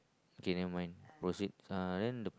okay never mind proceed uh then the